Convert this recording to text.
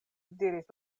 diris